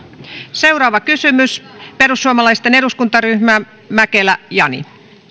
seuraava kysymys perussuomalaisten eduskuntaryhmä mäkelä jani